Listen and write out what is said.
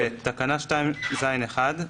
(ב)תקנה 2(ז1)